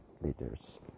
leaders